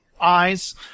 eyes